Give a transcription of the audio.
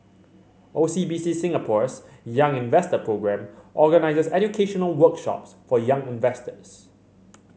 O C B C Singapore's Young Investor Programme organizes educational workshops for young investors